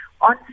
on